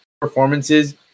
performances